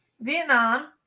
Vietnam